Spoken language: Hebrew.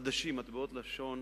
לשון